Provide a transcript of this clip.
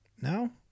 No